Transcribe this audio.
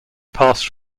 passed